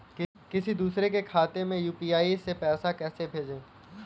किसी दूसरे के खाते में यू.पी.आई से पैसा कैसे भेजें?